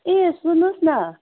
ए सुन्नुहोस् न